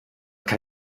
kann